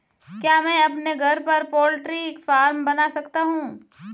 क्या मैं अपने घर पर पोल्ट्री फार्म बना सकता हूँ?